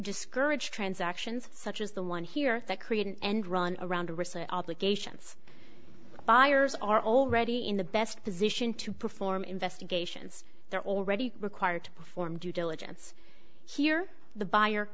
discourage transactions such as the one here that create an end run around to rescind obligations buyers are already in the best position to perform investigations they're already required to perform due diligence here the buyer